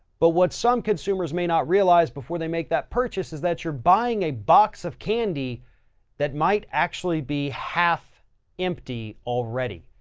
but what some consumers may not realize before they make that purchase is that you're buying a box of candy that might actually be half empty already.